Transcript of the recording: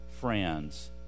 friends